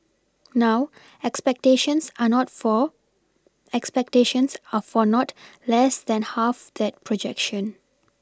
now expectations are not for expectations are for not less than half that projection